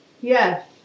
Yes